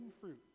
fruit